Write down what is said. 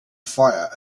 fire